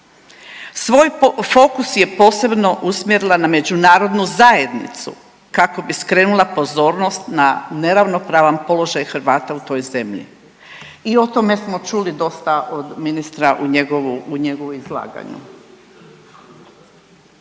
Svoj fokus je posebno usmjerila na Međunarodnu zajednicu kako bi skrenula pozornost na neravnopravan položaj Hrvata u toj zemlji. I o tome smo čuli dosta od ministra u njegovu izlaganju.